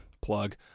Plug